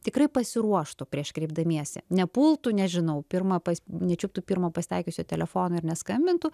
tikrai pasiruoštų prieš kreipdamiesi nepultų nežinau pirma nečiuptų pirmo pasitaikiusio telefono ir neskambintų